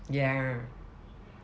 ya